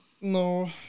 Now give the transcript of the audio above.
No